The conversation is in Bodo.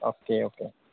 अके अके